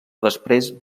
després